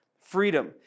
freedom